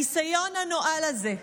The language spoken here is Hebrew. הניסיון הנואל הזה,